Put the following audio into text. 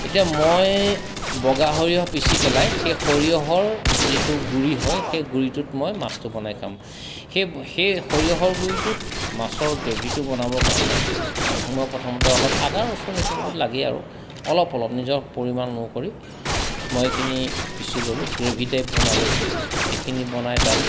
এতিয়া মই বগা সৰিয়হ পিছি পেলাই সেই সৰিয়হৰ যিটো গুড়ি হয় সেই গুড়িটোত মই মাছটো বনাই খাম সেই সেই সৰিয়হৰ গুড়িটোত মাছৰ গ্ৰেভিটো বনাবৰ কাৰণে মই প্ৰথমতে অলপ আদা ৰচুন এইখিনিটো লাগেই আৰু অলপ অলপ নিজৰ পৰিমাণ অনুসৰি মই সেইখিনি পিছি ললোঁ গ্ৰেভি টাইপ বনাই লৈছোঁ এইখিনি বনাই তাত